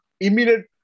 immediate